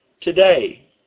today